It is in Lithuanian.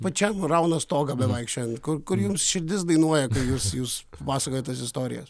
pačiam rauna stogą bevaikščiojant kur kur jums širdis dainuoja kai jūs jūs pasakojat tas istorijas